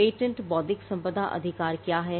patent बौद्धिक संपदा अधिकार क्या है